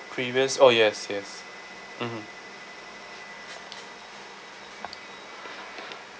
previous oh yes yes mmhmm